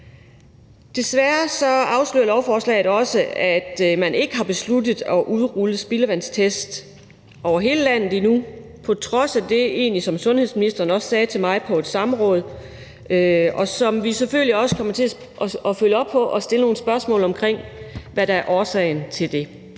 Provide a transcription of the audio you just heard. Desværre afslører lovforslaget også, at man endnu ikke har besluttet at udrulle spildevandstest over hele landet på trods af det, som sundhedsministeren sagde til mig på et samråd, og som vi selvfølgelig også kommer til at følge op på og stille nogle spørgsmål om, altså om, hvad der er årsagen til det.